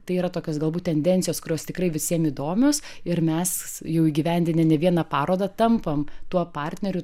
tai yra tokios galbūt tendencijos kurios tikrai visiem įdomios ir mes jau įgyvendinę ne vieną parodą tampam tuo partneriu